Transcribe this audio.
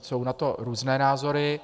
Jsou na to různé názory.